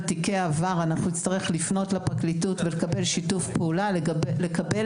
על תיקי עבר אנחנו נצטרך לפנות לפרקליטות ולקבל שיתוף פעולה לקבל